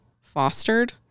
fostered